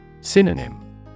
Synonym